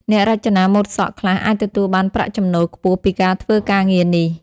អ្នករចនាម៉ូដសក់ខ្លះអាចទទួលបានប្រាក់ចំណូលខ្ពស់ពីការធ្វើការងារនេះ។